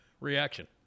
reaction